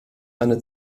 eine